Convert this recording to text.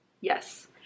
Yes